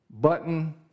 button